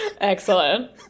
excellent